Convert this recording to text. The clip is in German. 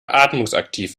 atmungsaktiv